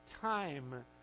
time